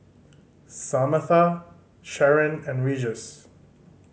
Samatha Sheron and Regis